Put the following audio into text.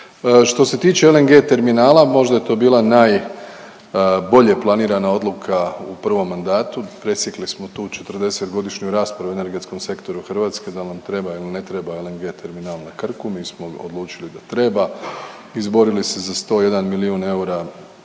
Što se tiče LNG terminala, možda je to bila najbolje planirana odluka u prvom mandatu, presjekli smo tu 40-godišnju raspravu o energetskom sektoru Hrvatske dal nam treba il ne treba LNG terminal na Krku mi smo odlučili da treba, izborili se za 101 milijun eura